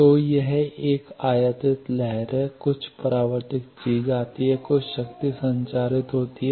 तो यह एक आयातित लहर है कुछ परावर्तित चीज आती है कुछ शक्ति संचारित होती है